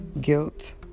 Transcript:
guilt